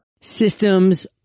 Systems